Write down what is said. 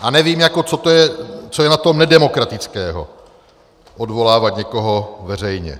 A nevím, jako co je na tom nedemokratického, odvolávat někoho veřejně.